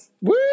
Woo